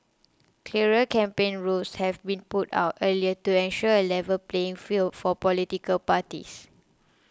clearer campaign rules have been put out earlier to ensure a level playing field for political parties